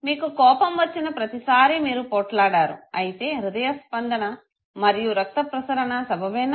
మీకు కోపం వచ్చిన ప్రతీసారి మీరు పోట్లాడారు అయితే హ్రిదయస్పందన మరియు రక్తప్రసరణ సబబేనా